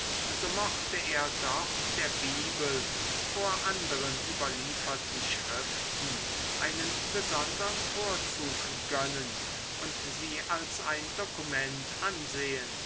so mochte er doch der bibel vor anderen überlieferten schriften einen besondern vorzug gönnen und sie als ein dokument ansehen